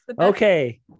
Okay